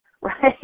right